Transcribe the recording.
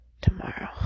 tomorrow